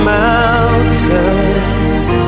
mountains